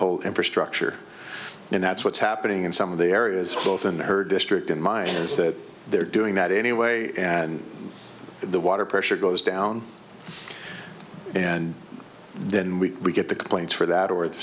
whole infrastructure and that's what's happening in some of the areas both in her district and mine is that they're doing that anyway and the water pressure goes down and then we get the complaints for that or the